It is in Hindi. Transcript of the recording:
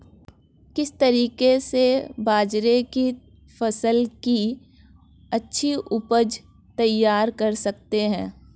किस तरीके से बाजरे की फसल की अच्छी उपज तैयार कर सकते हैं?